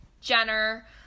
Jenner